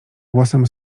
głosem